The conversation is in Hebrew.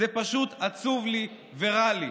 זה פשוט עצוב לי ורע לי.